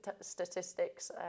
statistics